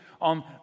on